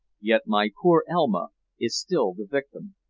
yet my poor elma is still the victim.